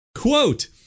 Quote